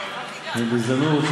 אז בהזדמנות,